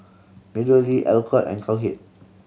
MeadowLea Alcott and Cowhead